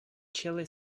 chilli